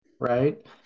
Right